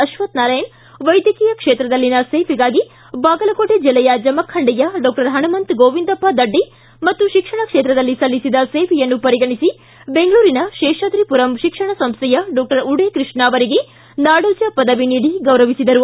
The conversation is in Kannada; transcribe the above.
ಅಶ್ವಕ್ಷನಾರಾಯಣ ವೈದ್ಯಕೀಯ ಕ್ಷೇತ್ರದಲ್ಲಿನ ಸೇವೆಗಾಗಿ ಬಾಗಲಕೋಟೆ ಜಿಲ್ಲೆಯ ಜಮಖಂಡಿಯ ಡಾಕ್ಟರ್ ಪಣಮಂತ ಗೋವಿಂದಪ್ಪ ದಡ್ಡಿ ಮತ್ತು ಶಿಕ್ಷಣ ಕ್ಷೇತ್ರದಲ್ಲಿ ಸಲ್ಲಿಸಿದ ಸೇವೆಯನ್ನು ಪರಿಗಣಿಸಿ ಬೆಂಗಳೂರಿನ ಶೇಷಾದ್ರಿಪುರಂ ಶಿಕ್ಷಣ ಸಂಸ್ಥೆಯ ಡಾಕ್ಷರ್ ವೂಡೇ ಕೃಷ್ಣ ಅವರಿಗೆ ನಾಡೋಜ ಪದವಿ ನೀಡಿ ಗೌರವಿಸಿದರು